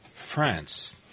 France